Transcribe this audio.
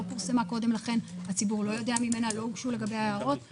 יש להם הוראה כזו, והיועצת המשפטית תבדוק את זה.